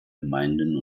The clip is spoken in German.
gemeinden